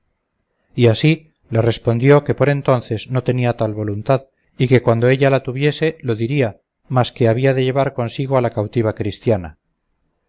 y así le respondió que por entonces no tenía tal voluntad y que cuando ella la tuviese lo diría mas que había de llevar consigo a la cautiva cristiana